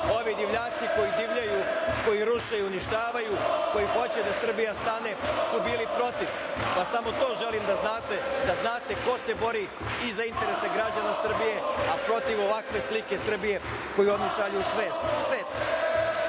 ovi divljaci koji divljaju, koji ruše i uništavaju, koji hoće da Srbija stane su bili protiv. Samo to želim da znate, da znate ko se bori i za interese građana Srbije, a protiv ovakve slike Srbije koji oni šalju u svet. Ono